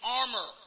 armor